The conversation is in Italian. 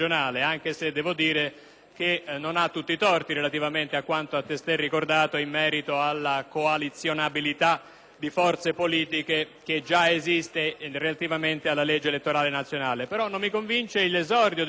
se non ha tutti i torti su quanto ha testé ricordato in merito alla coalizionabilità di forze politiche che già esiste relativamente alla legge elettorale nazionale. Non mi convince in particolare l'esordio del suo ragionamento.